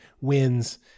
wins